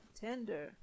tender